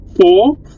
Four